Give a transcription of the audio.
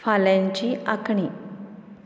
फाल्यांची आंखणी